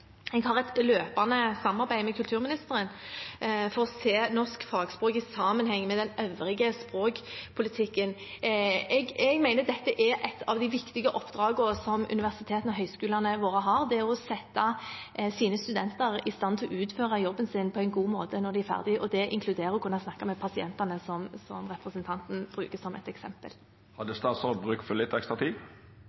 Jeg har et løpende samarbeid med kulturministeren for å se norsk fagspråk i sammenheng med den øvrige språkpolitikken. Jeg mener et av de viktige oppdragene som universitetene og høyskolene våre har, er å sette sine studenter i stand til å utføre jobben sin på en god måte når de er ferdig, og det inkluderer å kunne snakke med pasientene, som representanten bruker som et